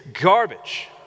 garbage